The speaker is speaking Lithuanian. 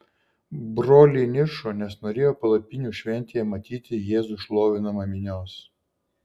broliai niršo nes norėjo palapinių šventėje matyti jėzų šlovinamą minios